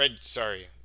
sorry